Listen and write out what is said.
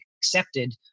accepted